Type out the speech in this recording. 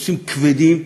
נושאים כבדים,